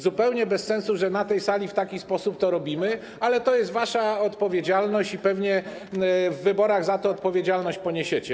Zupełnie bez sensu, że na tej sali w taki sposób to robimy, ale to jest wasza odpowiedzialność, pewnie w wyborach za to odpowiedzialność poniesiecie.